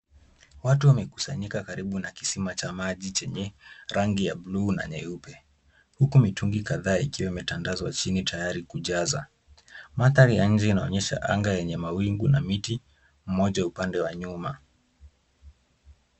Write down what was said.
Watu wamekusanyika karibu na kisima cha maji chenye rangi ya buluu na nyeupe, huku mitungi kadhaa ikiwa imetandazwa chini tayari kujaza. Mandhari ya nje inaonyesha anga yenye mawingu na miti mmoja upande wa nyuma.